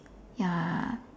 ya